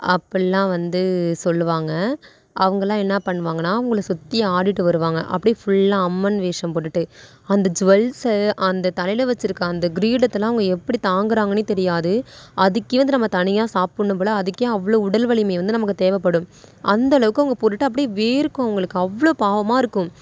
அப்போல்லாம் வந்து சொல்லுவாங்க அவங்கள்லாம் என்ன பண்ணுவாங்கன்னால் அவங்கள சுற்றி ஆடிகிட்டு வருவாங்க அப்படியே ஃபுல்லாக அம்மன் வேடம் போட்டுகிட்டு அந்த ஜுவல்ஸ் அந்த தலையில் வச்சுருக்க அந்த கிரீடத்தைலாம் அவங்க எப்படி தாங்குகிறாங்கனே தெரியாது அதுக்கே வந்து நம்ம தனியாக சாப்பிட்ணும் போல அதுக்கே அவ்வளவு உடல் வலிமை நமக்குத் தேவைப்படும் அந்த அளவுக்கு அவங்க போட்டுட்டு அப்படியே வேர்க்கும் அவங்களுக்கு அவ்வளோ பாவமாக இருக்கும்